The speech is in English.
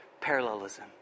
parallelism